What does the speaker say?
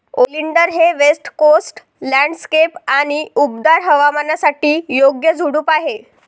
oleander हे west coast landscape आणि उबदार हवामानासाठी योग्य झुडूप आहे